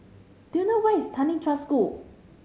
do you know where is Tanglin Trust School